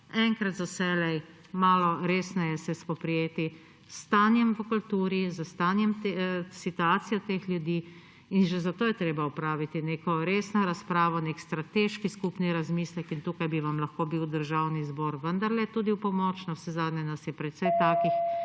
enkrat za vselej malo resneje se spoprijeti s stanjem v kulturi, s situacijo teh ljudi in že zato je treba opraviti neko resno razpravo, nek strateški skupni razmislek in tukaj bi vam lahko bil Državni zbor vendarle tudi v pomoč. Ne nazadnje nas je precej takih,